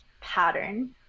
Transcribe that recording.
pattern